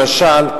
למשל,